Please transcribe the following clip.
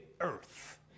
earth